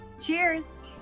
Cheers